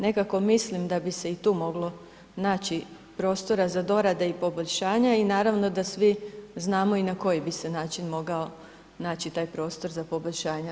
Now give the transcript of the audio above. Nekako mislim da bi se i tu moglo naći prostora za dorade i poboljšanja i naravno da svi znamo i na koji bi se način mogao naći taj prostor za poboljšanja.